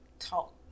talk